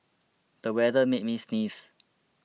the weather made me sneeze